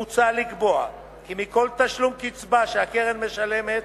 מוצע לקבוע כי מכל תשלום קצבה שהקרן משלמת,